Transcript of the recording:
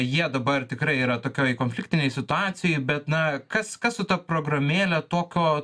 jie dabar tikrai yra tokioj konfliktinėj situacijoj bet na kas kas su ta programėle tokio